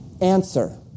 answer